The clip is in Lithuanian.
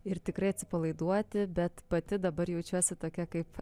ir tikrai atsipalaiduoti bet pati dabar jaučiuosi tokia kaip